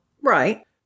Right